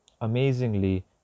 Amazingly